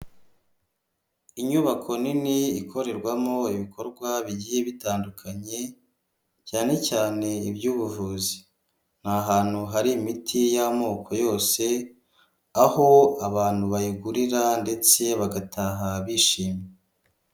Inyubako nini ikorerwamo ibikorwa bigiye bitandukanye cyane cyane iby'ubuvuzi, ni ahantu hari imiti y'amoko yose aho abantu bayigurira ndetse bagataha bishimye.